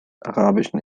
arabischen